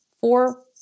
four